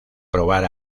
probar